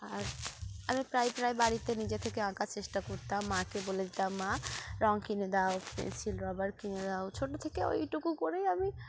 আর আমি প্রায় প্রায় বাড়িতে নিজে থেকে আঁকার চেষ্টা করতাম মাকে বলে দিতাম মা রঙ কিনে দাও পেন্সিল রবার কিনে দাও ছোটো থেকে ওইটুকু করেই আমি